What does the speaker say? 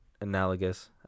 analogous